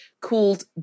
called